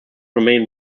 remain